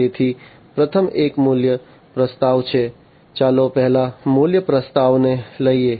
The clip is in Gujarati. તેથી પ્રથમ એક મૂલ્ય પ્રસ્તાવ છે ચાલો પહેલા મૂલ્ય પ્રસ્તાવને લઈએ